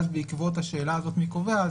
בעקבות השאלה הזאת מי קובע,